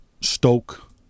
Stoke